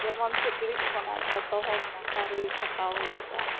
ᱡᱮᱢᱚᱱ ᱥᱤᱠᱲᱤᱡ ᱠᱷᱚᱱᱟᱜ ᱡᱷᱚᱛᱚ ᱦᱚᱲ ᱢᱚᱥᱟᱨᱤ ᱠᱷᱟᱴᱟᱣ ᱦᱩᱭᱩᱜᱼᱟ